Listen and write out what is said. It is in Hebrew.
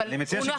אבל אמרתם לנו.